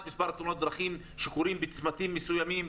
מספר תאונות דרכים שקורות בצמתים מסוימים,